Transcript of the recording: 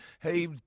hey